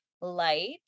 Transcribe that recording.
Light